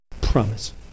promise